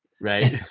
right